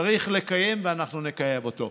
צריך לקיים, ואנחנו נקיים אותו.